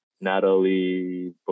Natalie